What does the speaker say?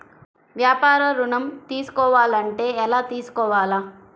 వ్యాపార ఋణం తీసుకోవాలంటే ఎలా తీసుకోవాలా?